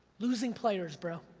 losing players, bro.